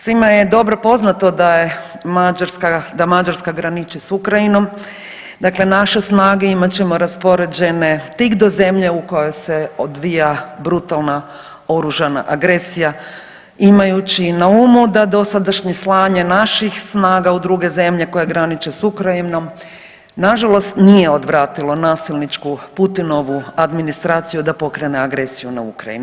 Svima je dobro poznato da je Mađarska, da Mađarska graniči s Ukrajinom, dakle naše snage imat ćemo raspoređene tik do zemlje u kojoj se odvija brutalna oružana agresija imajući na umu da dosadašnje slanje naših snaga u druge zemlje koje graniče s Ukrajinom nažalost nije odvratilo nasilničku Putinovu administraciju da pokrene agresiju na Ukrajinu.